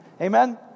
Amen